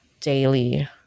daily